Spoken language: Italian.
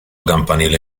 campanile